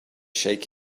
shake